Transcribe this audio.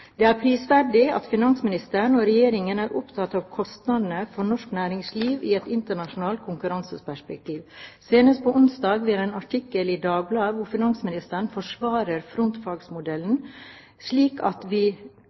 Det er prisverdig at finansministeren og Regjeringen er opptatt av kostnadene for norsk næringsliv i et internasjonalt konkurranseperspektiv. Senest i en artikkel i Dagbladet onsdag forsvarer finansministeren frontfagsmodellen, slik at vi